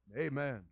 Amen